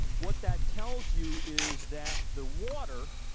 what that tells you is that the water